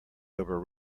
over